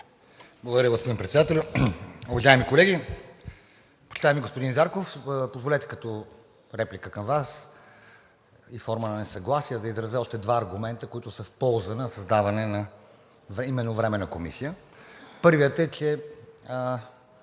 Благодаря, господин Председател. Уважаеми колеги! Почитаеми господин Зарков, позволете като реплика към Вас и форма на несъгласие да изразя още два аргумента, които са в полза на създаване именно на Временна комисия. Първият е, че